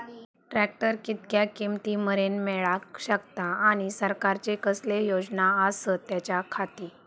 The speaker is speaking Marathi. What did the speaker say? ट्रॅक्टर कितक्या किमती मरेन मेळाक शकता आनी सरकारचे कसले योजना आसत त्याच्याखाती?